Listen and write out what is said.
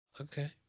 Okay